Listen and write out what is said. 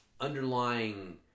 underlying